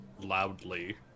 loudly